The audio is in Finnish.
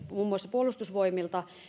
muun muassa puolustusvoimilta tai